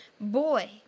Boy